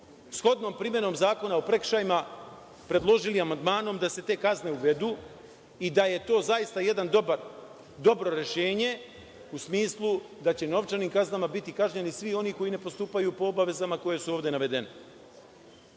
shodno primenom Zakona o prekršajima predložili amandmanom da se te kazne uvedu i da je to zaista jedno dobro rešenje u smislu da će novčanim kaznama biti kažnjeni svi oni koji ne postupaju po obavezama koje su ovde navedene. Kada